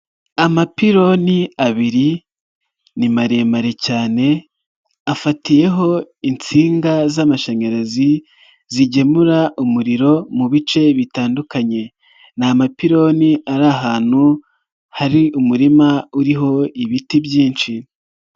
Amapironi abiri ni maremare cyane afatiyeho insinga z'amashanyarazi zigemura umuriro mu bice bitandukanye, ni amapironi ari ahantu hari umurima uriho ibiti byinshi.